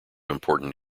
important